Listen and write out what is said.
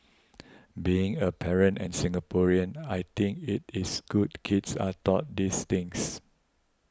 being a parent and Singaporean I think it is good kids are taught these things